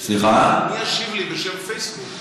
מי ישיב לי בשם פייסבוק,